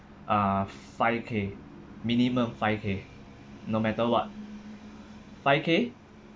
uh five K minimum five K no matter what five K